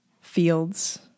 fields